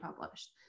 published